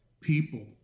people